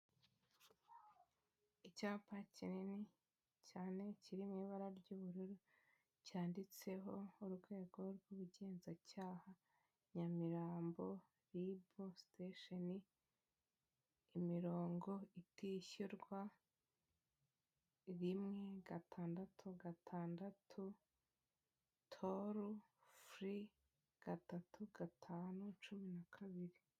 Icyapa kinini cyane kiri mu ibara ry'ubururu, cyanditseho urwego rw'ubugenzacyaha Nyamirambo ribu siteshoni imirongo itishyurwa, rimwe, gatandatu gatandatu toru furi gatatu, gatanu cumi na kabiri.